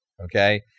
Okay